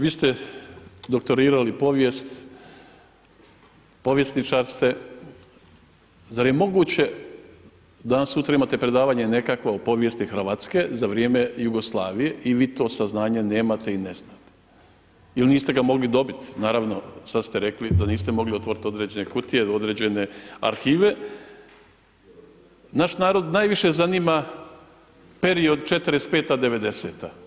Vi ste doktorirali povijest, povjesničar ste, zar je moguće danas sutra imate nekakva predavanja o povijesti Hrvatske za vrijeme Jugoslavije i vi to saznanje nemate i ne znate ili niste ga mogli dobiti, naravno sada ste reli da niste mogli otvoriti određene kutije, određene arhive naš narod najviše zanima period '45., devedeseta.